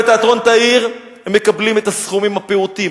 ובתיאטרון "תאיר" הם מקבלים את הסכומים הפעוטים,